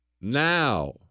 Now